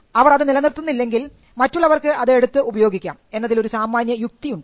അവർ അത് നിലനിർത്തുന്നില്ലെങ്കിൽ മറ്റുള്ളവർക്ക് അത് എടുത്ത് ഉപയോഗിക്കാം എന്നതിൽ ഒരു സാമാന്യയുക്തി ഉണ്ട്